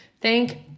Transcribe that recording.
Thank